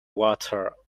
water